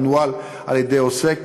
המנוהל על-ידי עוסק